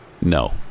No